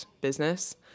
business